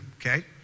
okay